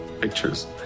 pictures